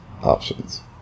Options